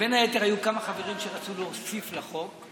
ובין היתר היו כמה חברים שרצו להוסיף לחוק,